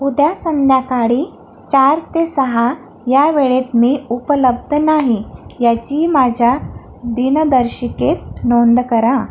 उद्या संध्याकाळी चार ते सहा या वेळेत मी उपलब्ध नाही याची माझ्या दिनदर्शिकेत नोंद करा